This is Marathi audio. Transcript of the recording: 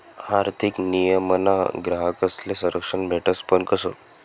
आर्थिक नियमनमा ग्राहकस्ले संरक्षण भेटस पण कशं